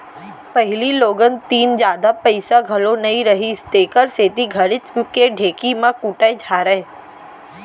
पहिली लोगन तीन जादा पइसा घलौ नइ रहिस तेकर सेती घरेच के ढेंकी म कूटय छरय